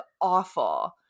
awful